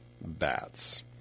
bats